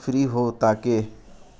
free ہو تاکہ